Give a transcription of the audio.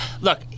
Look